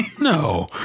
No